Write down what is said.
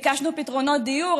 ביקשנו פתרונות דיור,